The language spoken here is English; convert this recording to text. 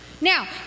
Now